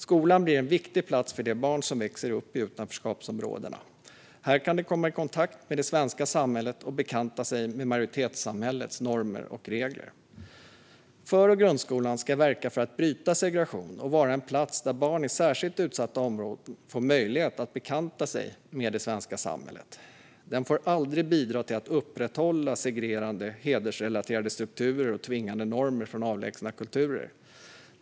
Skolan blir en viktig plats för de barn som växer upp i utanförskapsområdena. Här kan de komma i kontakt med det svenska samhället och bekanta sig med majoritetssamhällets normer och regler. För och grundskolan ska verka för att bryta segregation och vara en plats där barn i särskilt utsatta områden får möjlighet att bekanta sig med det svenska samhället. Den får aldrig bidra till att upprätthålla segregerande, hedersrelaterade strukturer och tvingande normer från avlägsna kulturer.